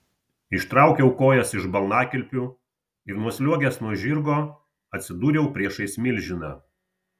ištraukiau kojas iš balnakilpių ir nusliuogęs nuo žirgo atsidūriau priešais milžiną